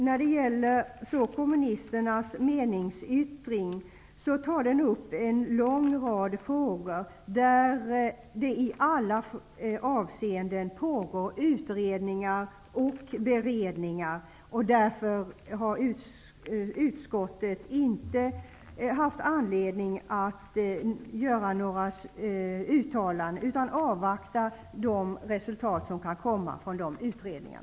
När det gäller kommunisternas meningsyttring tar den upp en lång rad frågor där det i alla avseenden pågår utredningar och beredningar. Därför har utskottet inte haft anledning att göra några uttalanden, utan avvaktar utredningarnas resultat.